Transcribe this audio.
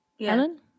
Ellen